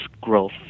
growth